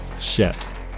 Chef